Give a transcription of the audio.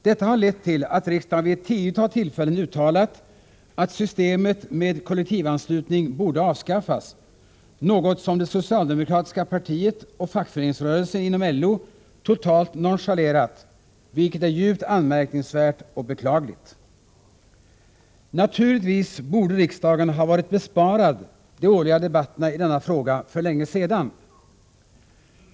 Detta har lett till att riksdagen vid ett tiotal tillfällen uttalat att systemet med kollektivanslutning borde avskaffas, något som det socialdemokratiska partiet och fackföreningsrörelsen inom LO totalt nonchalerat, vilket är djupt anmärkningsvärt och beklagligt. Naturligtvis borde riksdagen för länge sedan ha besparats de årliga debatterna i denna fråga.